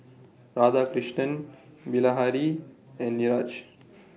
Radhakrishnan Bilahari and Niraj